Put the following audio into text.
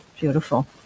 Beautiful